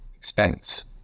expense